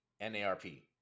N-A-R-P